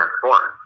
transform